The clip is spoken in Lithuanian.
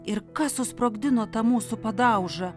ir kas susprogdino tą mūsų padaužą